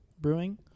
Brewing